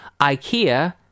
Ikea